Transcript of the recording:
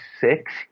six